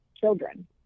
children